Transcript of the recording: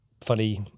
funny